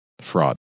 fraud